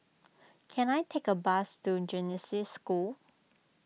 can I take a bus to Genesis School